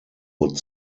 would